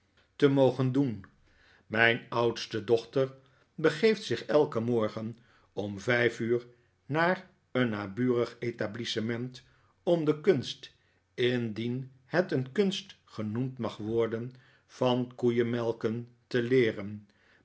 gevestigd gen doen mijn oudste dochter begeeft zich elken morgen om vijf uur naar een naburig etablissement om de kunst indien het een kunst genoemd mag worden van koeienmelken te leeren